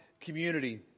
community